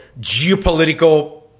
geopolitical